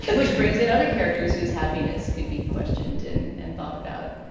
which brings in other characters whose happiness could be questioned and and thought about.